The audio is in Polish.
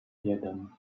jeden